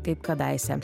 kaip kadaise